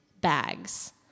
bags